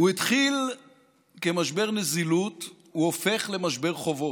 הוא התחיל כמשבר נזילות, הוא הופך למשבר חובות.